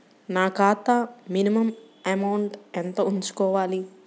నా ఖాతా minimum amount ఎంత ఉంచుకోవాలి?